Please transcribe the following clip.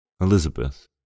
Elizabeth